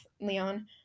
Leon